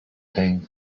name